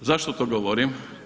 Zašto to govorim?